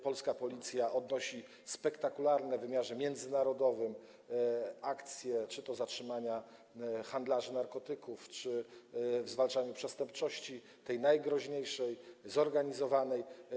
Polska Policja odnosi spektakularne sukcesy w wymiarze międzynarodowym, czy to w przypadku zatrzymania handlarzy narkotyków, czy w zwalczaniu przestępczości, tej najgroźniejszej, zorganizowanej.